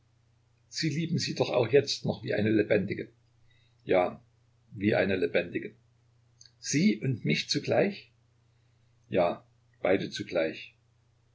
sie lieben sie doch auch jetzt noch wie eine lebendige ja wie eine lebendige sie und mich zugleich ja beide zugleich